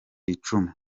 icumu